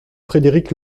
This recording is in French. frédéric